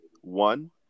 One